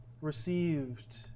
received